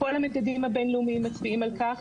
כל המדדים הבינלאומיים מצביעים על כך,